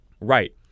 right